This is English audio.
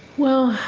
well,